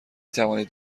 توانید